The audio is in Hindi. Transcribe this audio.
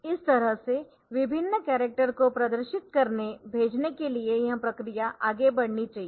इस तरह से विभिन्न कॅरक्टर को प्रदर्शित करने भेजने के लिए यह प्रक्रिया आगे बढ़नी चाहिए